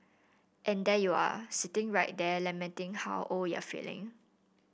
and there you are sitting right there lamenting how old you're feeling